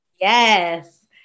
Yes